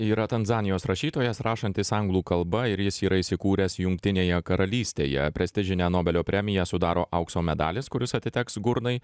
yra tanzanijos rašytojas rašantis anglų kalba ir jis yra įsikūręs jungtinėje karalystėje prestižinę nobelio premiją sudaro aukso medalis kuris atiteks gurnai